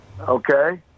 Okay